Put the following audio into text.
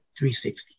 360